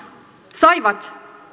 saivat